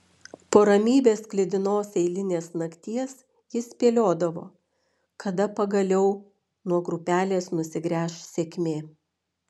po ramybės sklidinos eilinės nakties jis spėliodavo kada pagaliau nuo grupelės nusigręš sėkmė